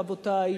רבותי,